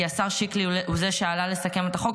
כי השר שקלי הוא זה שעלה לסכם את החוק,